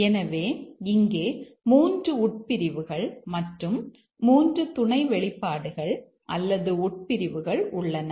எனவே இங்கே 3 உட்பிரிவுகள் மற்றும் 3 துணை வெளிப்பாடுகள் அல்லது உட்பிரிவுகள் உள்ளன